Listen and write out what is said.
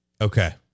Okay